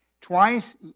Twice